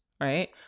right